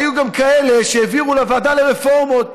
היו גם כאלה שהעבירו לוועדה לרפורמות